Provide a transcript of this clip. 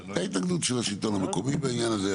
הייתה התנגדות של השלטון המקומי בעניין הזה,